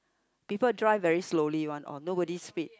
people drive very slowly one nobody speed